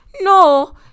No